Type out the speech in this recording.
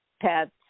pets